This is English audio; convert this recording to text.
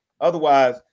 Otherwise